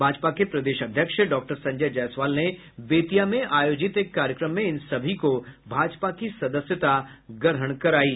भाजपा के प्रदेश अध्यक्ष डॉक्टर संजय जायसवाल ने बेतिया में आयोजित एक कार्यक्रम में इन सभी को भाजपा की सदस्यता ग्रहण करायी